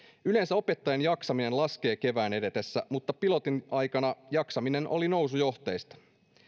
yleensä opettajien jaksaminen laskee kevään edetessä mutta pilotin aikana jaksaminen oli nousujohteista